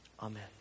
Amen